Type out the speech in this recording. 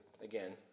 again